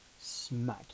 smack